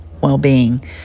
well-being